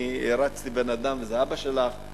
אני הערצתי בן-אדם וזה אבא שלך.